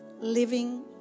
living